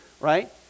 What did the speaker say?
right